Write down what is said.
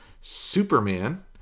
Superman